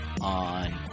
on